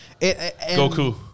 Goku